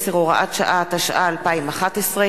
2011,